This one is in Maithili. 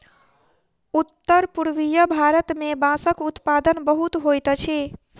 उत्तर पूर्वीय भारत मे बांसक उत्पादन बहुत होइत अछि